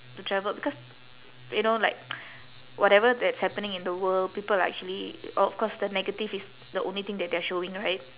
to travel because you know like whatever that's happening in the world people are actually of course the negative is the only thing that they are showing right